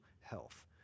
health